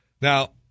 Now